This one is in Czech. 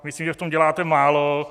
Myslím, že v tom děláte málo.